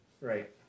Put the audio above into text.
Right